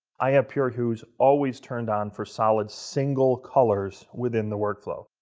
i have pure hues always turned on for solid single colors within the workflow.